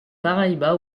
paraíba